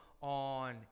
on